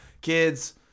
kids